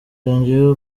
yongeyeho